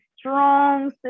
Strong